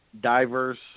diverse